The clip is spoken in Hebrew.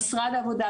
משרד העבודה,